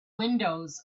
windows